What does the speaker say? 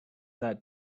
that